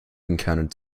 encountered